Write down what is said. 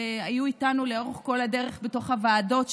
שהיו איתנו לאורך כל הדרך בתוך הוועדות,